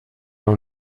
auch